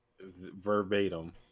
Verbatim